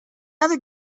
other